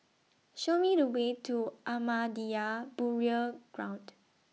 Show Me The Way to Ahmadiyya Burial Ground